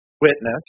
witness